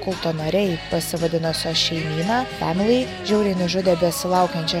kulto nariai pasivadinusio šeimyna femili žiauriai nužudė besilaukiančią